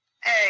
Hey